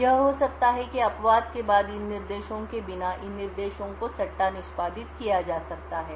तो यह हो सकता है कि अपवाद के बाद इन निर्देशों के बिना इन निर्देशों को सट्टा निष्पादित किया जा सकता है